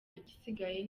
igisigaye